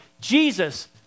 Jesus